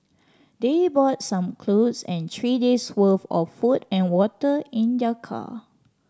they brought some clothes and three days' worth of food and water in their car